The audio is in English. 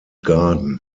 garden